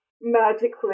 magically